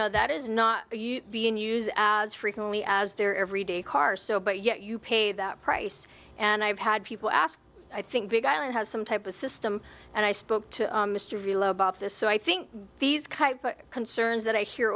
know that is not being used as frequently as their everyday car so but yet you pay that price and i've had people ask i think big island has some type of system and i spoke to mr riehl about this so i think these cut concerns that i hear